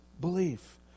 belief